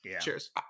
Cheers